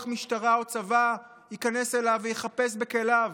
משטרה או צבא ייכנס אליו ויחפש בכליו?